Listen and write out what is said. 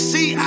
See